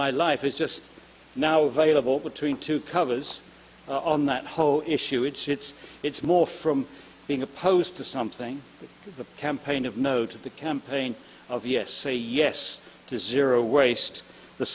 my life is just now available between two covers on that whole issue it's it's it's more from being opposed to something the campaign of no to the campaign of yes say yes to zero waste the